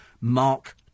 Mark